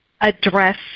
address